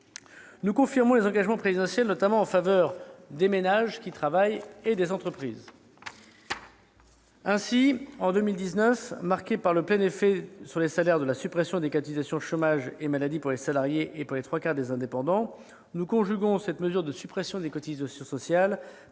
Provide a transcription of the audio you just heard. Nous confirmons les engagements présidentiels, notamment en faveur des ménages qui travaillent et des entreprises. Ainsi, l'année 2019 sera marquée par le plein effet sur les salaires de la suppression des cotisations chômage et maladie pour les salariés et les trois quarts des indépendants. Nous conjuguons cette mesure avec la désocialisation, un